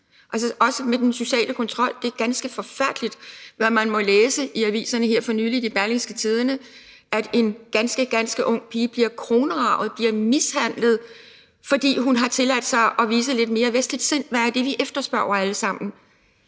til den sociale kontrol er ganske forfærdeligt, hvad man må læse i aviserne som her for nylig i Berlingske: at en ganske, ganske ung pige bliver kronraget, bliver mishandlet, fordi hun har tilladt sig at udvise et lidt mere vestligt sind. Hvad er det, vi alle sammen